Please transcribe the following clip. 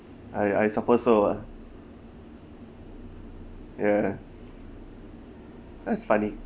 I I suppose so ah ya that's funny